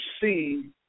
see